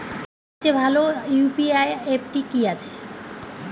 সবচেয়ে ভালো ইউ.পি.আই অ্যাপটি কি আছে?